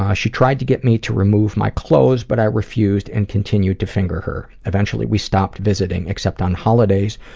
ah she tried to get me to remove my clothes, but i refused and continued to finger her. eventually we stopped visiting, except on holidays,